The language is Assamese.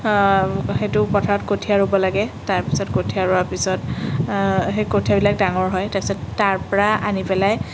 সেইটো পথাৰত কঠীয়া ৰুব লাগে তাৰপিছত কঠীয়া ৰুৱাৰ পিছত সেই কঠীয়াবিলাক ডাঙৰ হয় তাৰপিছত তাৰ পৰা আনি পেলাই